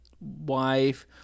wife